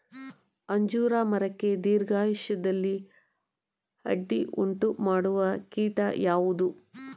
ಅಂಜೂರ ಮರಕ್ಕೆ ದೀರ್ಘಾಯುಷ್ಯದಲ್ಲಿ ಅಡ್ಡಿ ಉಂಟು ಮಾಡುವ ಕೀಟ ಯಾವುದು?